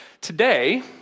today